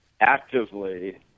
actively